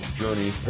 journey